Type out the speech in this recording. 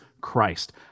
Christ